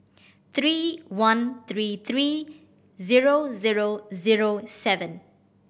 three one three three zero zero zero seven